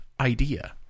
idea